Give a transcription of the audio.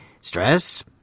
Stress